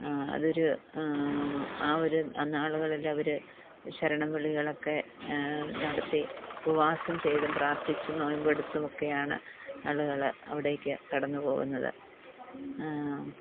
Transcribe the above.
അതൊരു ആ ഒരു നാളുകളിലവര് ശരണം വിളികളൊക്കെ നടത്തി ഉപവാസം ചെയ്ത് പ്രാർത്ഥിച്ച് നൊയമ്പെടുത്തുമൊക്കെയാണ് ആളുകള് അവിടേക്ക് കടന്നുപോകുന്നത്